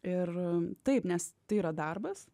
ir taip nes tai yra darbas